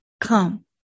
come